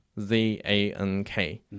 Z-A-N-K